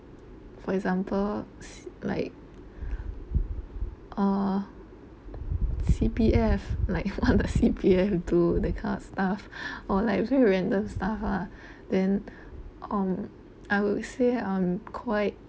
for example s~ like uh C_P_F like what the C_P_F do that kind of stuff or like very random stuff lah then um I would say i'm quite